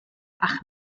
ach